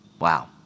wow